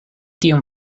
tion